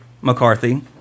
McCarthy